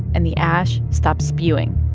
and the ash stopped spewing.